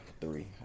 three